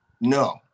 no